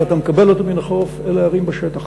שאתה מקבל אותו מן החוף אל הערים בשטח,